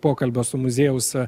pokalbio su muziejaus